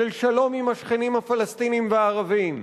של שלום עם השכנים הפלסטינים והערבים.